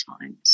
times